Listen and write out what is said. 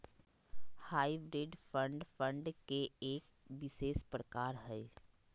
hybrid fund, fund के एक विशेष प्रकार हय